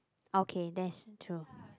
okay that's true